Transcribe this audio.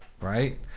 Right